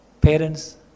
Parents